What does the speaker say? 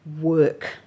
work